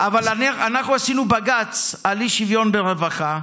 אבל אנחנו עשינו בג"ץ על אי-שוויון ברווחה,